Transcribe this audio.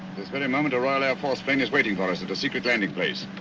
this very moment a royal air force plane is waiting for us at the secret landing place.